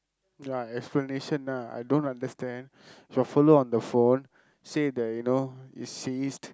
ya explanation lah I don't understand the fellow on the phone say that you know is ceased